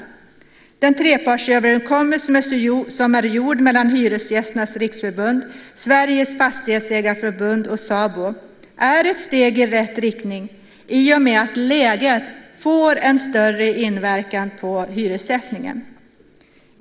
Den trepartsöverenskommelse som är gjord mellan Hyresgästernas Riksförbund, Sveriges Fastighetsägareförbund och SABO är ett steg i rätt riktning i och med att läget får en större inverkan på hyressättningen.